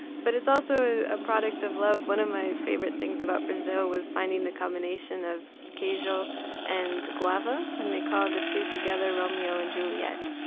but it's also a product of love. one of my favorite things about brazil was finding the combination of queijo and guava. and they called the two together romeo and juliet.